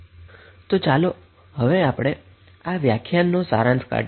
તો ચાલો હવે આપણે આ લેક્ચરમા જે કર્યુ તેનો સારાંશ કાઢીએ